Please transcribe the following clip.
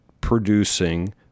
producing